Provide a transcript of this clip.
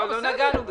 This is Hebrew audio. לא נגענו בזה.